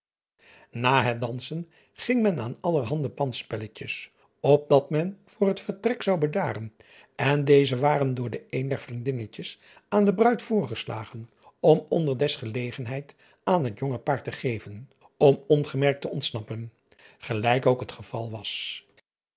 a het dansen ging men aan allerhande pandspelletjes opdat men voor het vertrek zou bedaren en deze waren door een der vriendinnetjes aan de ruid voorgeslagen om onder des gelegenheid aan het jonge paar te geven om ongemerkt te ontsnappen gelijk ook het geval was